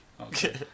Okay